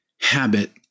habit